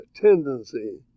tendency